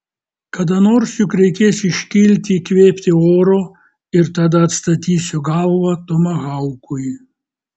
kada nors juk reikės iškilti įkvėpti oro ir tada atstatysiu galvą tomahaukui